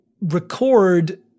record